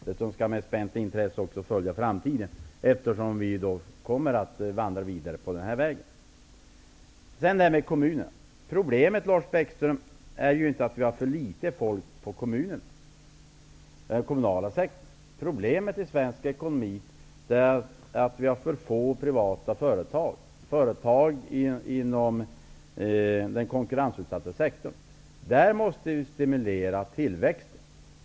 Det skall vi med spänt intresse följa också i framtiden, eftersom vi kommer att vandra vidare på den här vägen. Problemet med kommunerna är inte att vi har för litet folk inom den kommunala sektorn. Problemet i svensk ekonomi är att vi har få privata företag, företag inom den konkurrensutsatta sektorn. Där måste vi stimulera tillväxten.